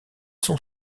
son